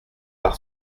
par